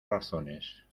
razones